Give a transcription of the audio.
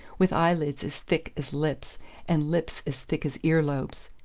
with eye-lids as thick as lips and lips as thick as ear-lobes?